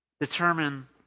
determine